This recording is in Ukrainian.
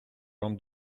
вам